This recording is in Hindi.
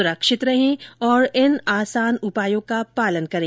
सुरक्षित रहें और इन आसान उपायों का पालन करें